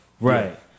Right